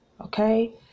Okay